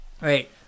Right